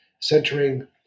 centering